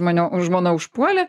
mane žmona užpuolė